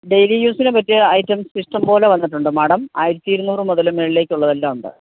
daily യൂസിന് പറ്റിയ items ഇഷ്ടംപോലെ വന്നിട്ടുണ്ട് മാഡം ആയിരത്തി ഇരുനൂറ് മുതൽ മേളിലേക്കുള്ളതെല്ലാം ഉണ്ട്